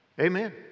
amen